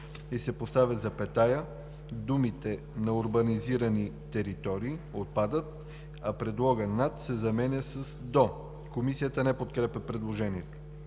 и се поставя запетая, думите „на урбанизирани територии“ – отпадат, а предлогът „ над“ се заменя с „до“.“ Комисията не подкрепя предложението.